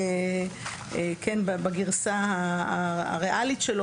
בגרסה הריאלית שלו,